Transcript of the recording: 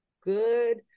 good